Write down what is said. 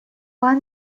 why